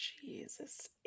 Jesus